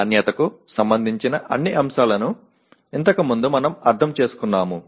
முன்னதாக பாடநெறி விளைவு அறிக்கைகளின் தரம் தொடர்பான அனைத்து காரணிகளையும் நாம் புரிந்துகொண்டோம்